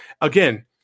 again